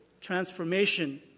transformation